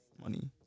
money